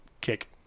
kick